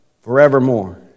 forevermore